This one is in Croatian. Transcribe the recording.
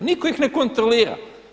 Nitko ih ne kontrolira!